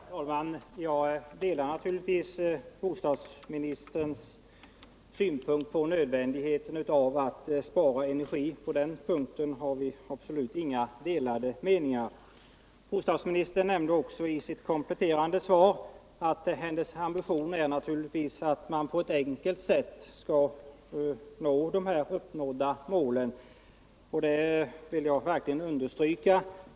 Herr talman! Jag delar naturligtvis bostadsministerns synpunkt på nödvändigheten av att spara energi. I det avseendet har vi absolut inga delade meningar. Bostadsministern nämnde också i sitt kompletterande svar att hennes ambition är att man på ett enkelt sätt skall uppnå de uppställda målen. Det vill jag verkligen understryka.